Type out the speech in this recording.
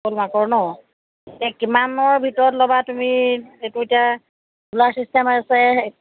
হলমাৰ্কৰ ন' কিমানৰ ভিতৰত ল'বা তুমি সেইটো এতিয়া তোলা চিষ্টেম আছে